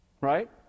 Right